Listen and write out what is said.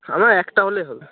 আমার একটা হলেই হবে